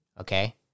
Okay